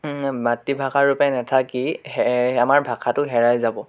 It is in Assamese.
মাতৃভাষাৰূপে নাথাকি আমাৰ ভাষাটো হেৰাই যাব